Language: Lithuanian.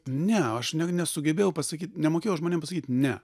ne aš nesugebėjau pasakyt nemokėjau žmonėm pasakyt ne